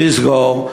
יש לסגור,